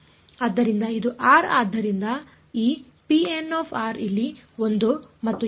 ಆದ್ದರಿಂದ ಇದು ಆದ್ದರಿಂದ ಈ ಇಲ್ಲಿ 1 ಮತ್ತು ಎಲ್ಲೆಡೆಯೂ 0 ಆಗಿದೆ ಸರಿ